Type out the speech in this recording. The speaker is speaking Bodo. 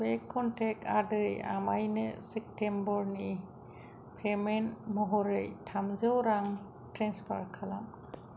बे कनटेक्ट आदै आमाइनो सेप्टेम्बरनि पेमेन्ट महरै थामजौ रां ट्रेन्सफार खालाम